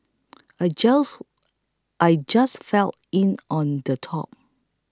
I just I just fell in on the top